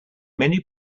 many